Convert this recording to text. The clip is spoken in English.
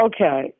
Okay